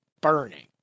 burning